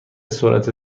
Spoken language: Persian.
سرعت